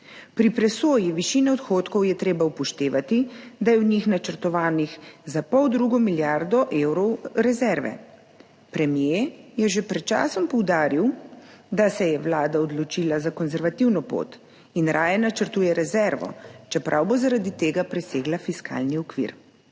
Pri presoji višine odhodkov je treba upoštevati, da je v njih načrtovanih za poldrugo milijardo evrov rezerve. Premier je že pred časom poudaril, da se je Vlada odločila za konservativno pot in raje načrtuje rezervo, čeprav bo zaradi tega presegla fiskalni okvir.